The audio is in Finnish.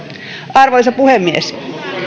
arvoisa puhemies